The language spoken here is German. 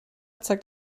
zeigt